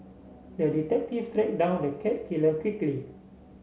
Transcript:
the detective down the cat killer quickly